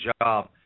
job